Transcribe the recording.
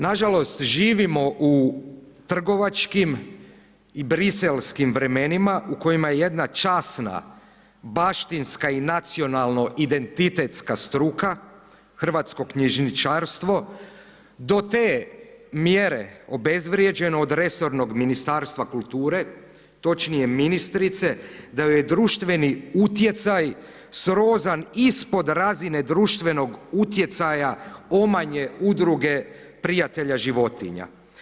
Nažalost, živimo u trgovačkim i briselskim vremenima u kojima je jedna časna, baštinska i nacionalno-identitetska struka, hrvatsko knjižničarstvo, do te mjere obezvrijeđeno od resornog Ministarstva kulture, točnije ministrice, da joj je društveni utjecaj srozan ispod razine društvenog utjecaja omanje Udruge prijatelja životinja.